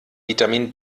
vitamin